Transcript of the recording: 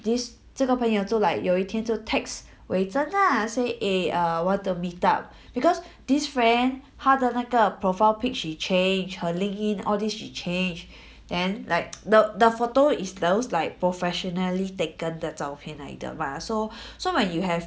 this 这个朋友就 like 有一天就 text wei zhen lah say eh err want to meet up because this friend 她的那个 profile pic she change her LinkedIn all these she change then like the the photo is those like professionally taken 的照片来的啦 so